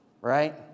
right